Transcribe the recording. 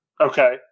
Okay